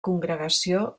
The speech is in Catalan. congregació